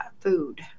food